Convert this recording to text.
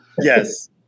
Yes